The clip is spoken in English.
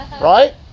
Right